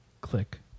Click